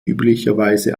üblicherweise